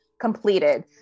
completed